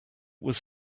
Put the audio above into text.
was